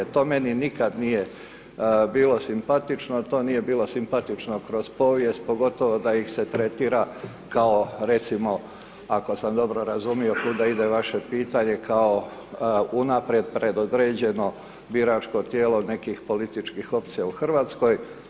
To meni nikad nije bilo simpatično, to nije bilo simpatično kroz povijest pogotovo da ih se tretira kao recimo ako sam dobro razumio kuda ide vaše pitanje, kao unaprijed predodređeno biračko tijelo nekih političkih opcija u Hrvatskoj.